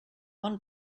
one